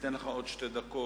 ניתן לך עוד שתי דקות,